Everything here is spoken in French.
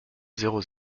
zéro